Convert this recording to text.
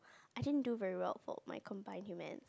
I didn't do very well for my combined human